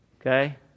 Okay